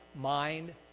mind